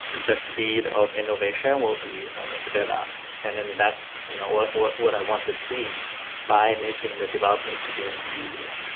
the speed of innovation will be sped up and then that's you know what what i want to see by making the developer experience easier.